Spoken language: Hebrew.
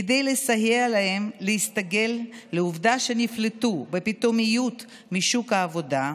כדי לסייע להם להסתגל לעובדה שנפלטו בפתאומיות משוק העבודה,